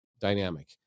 dynamic